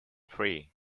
three